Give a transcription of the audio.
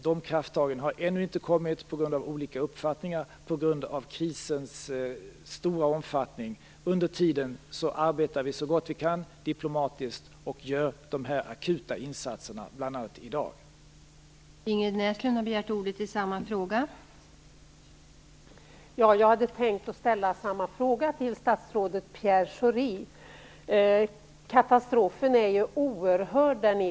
De krafttagen har ännu inte kommit, på grund av olika uppfattningar och på grund av krisens stora omfattning. Under tiden arbetar vi så gott vi kan diplomatiskt och gör akuta insatser, bl.a. den som beslutades i dag.